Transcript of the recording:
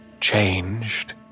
changed